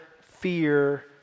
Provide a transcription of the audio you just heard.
fear